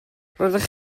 roeddech